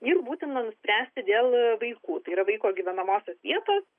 ir būtina nuspręsti dėl vaikų tai yra vaiko gyvenamosios vietos